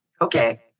Okay